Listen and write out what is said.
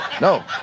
No